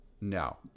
No